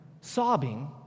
sobbing